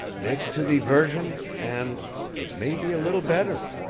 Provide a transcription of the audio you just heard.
next to the virgin and it may be a little better.